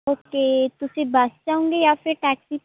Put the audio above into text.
okay ਤੁਸੀਂ bus 'ਚ ਆਉਂਗੇ ਜਾਂ ਫਿਰ ਟੈਕਸੀ